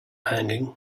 hanging